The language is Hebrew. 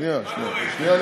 שנייה, שנייה.